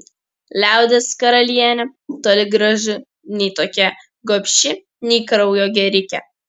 liaudies karalienė toli gražu nei tokia gobši nei kraujo gėrike